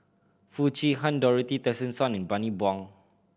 Foo Chee Han Dorothy Tessensohn and Bani Buang